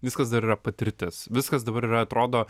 viskas dar yra patirtis viskas dabar yra atrodo